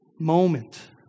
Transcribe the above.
moment